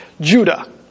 Judah